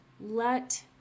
Let